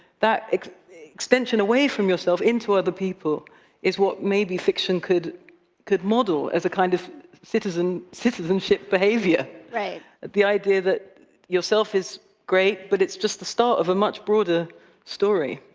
that extension away from yourself into other people is what maybe fiction could could model as a kind of citizenship citizenship behavior. right. the idea that yourself is great, but it's just the start of a much broader story.